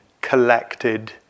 collected